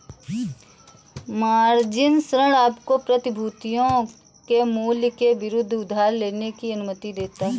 margin ऋण आपको प्रतिभूतियों के मूल्य के विरुद्ध उधार लेने की अनुमति देता है